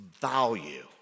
value